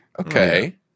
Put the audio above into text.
okay